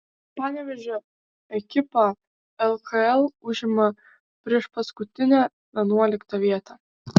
panevėžio ekipa lkl užima priešpaskutinę vienuoliktą vietą